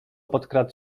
podkradł